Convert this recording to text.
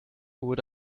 wurde